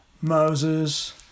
Moses